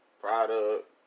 product